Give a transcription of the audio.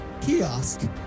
kiosk